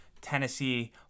Tennessee